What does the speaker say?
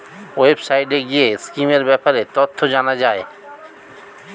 ওয়েবসাইটে গিয়ে স্কিমের ব্যাপারে তথ্য জানা যায়